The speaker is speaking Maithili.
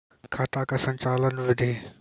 खाता का संचालन बिधि?